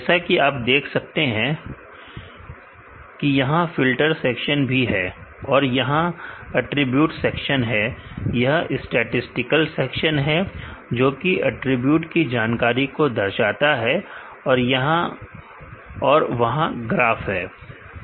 जैसा कि आप देख सकते हैं यहां फिल्टर सेक्शन भी है और यहां अटरीब्यूट सेक्शन है यह स्टैटिसटिकल सेक्शन है जो कि अटरीब्यूट की जानकारी को दर्शाता है और यहां और वहां ग्राफ है